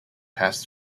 pass